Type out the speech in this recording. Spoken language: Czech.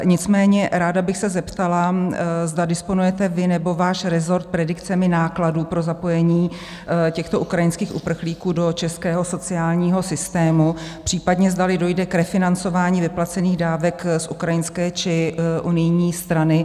Nicméně ráda bych se zeptala, zda disponujete vy nebo váš rezort predikcemi nákladů pro zapojení těchto ukrajinských uprchlíků do českého sociálního systému, případně zdali dojde k refinancování vyplacených dávek z ukrajinské či unijní strany.